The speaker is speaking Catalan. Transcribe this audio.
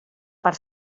per